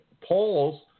polls